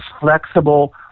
flexible